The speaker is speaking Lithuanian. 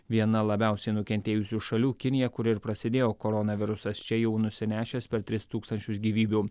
viena labiausiai nukentėjusių šalių kinija kur ir prasidėjo koronavirusas čia jau nusinešęs per tris tūkstančius gyvybių